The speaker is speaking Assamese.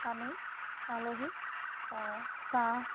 আমি আলহীক চাহ